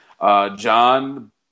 John